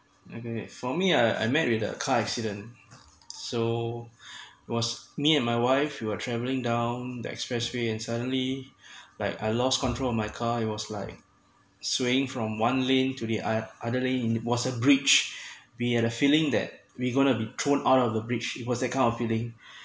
I get it for me I I met with a car accident so was me and my wife we are travelling down the expressway and suddenly like I lost control of my car it was like swaying from one lane to the oth~ other lane it was a bridge we had a feeling that we going to be thrown out of the bridge it was that kind of feeling